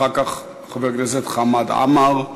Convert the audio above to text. אחר כך, חבר הכנסת חמד עמאר.